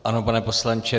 Ano, pane poslanče.